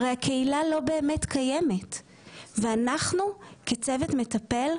הרי הקהילה לא באמת קיימת ואנחנו כצוות מטפל,